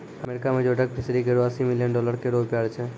America में जोडक fishery केरो अस्सी मिलियन डॉलर केरो व्यापार छै